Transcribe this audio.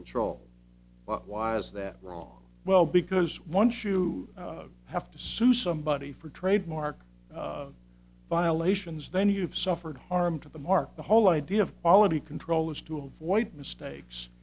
control but why is that wrong well because once you have to sue somebody for trademark violations then you have suffered harm to the mark the whole idea of quality control is to avoid mistakes